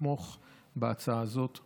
לתמוך בהצעה הזאת.